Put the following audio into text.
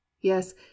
yes